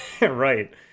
Right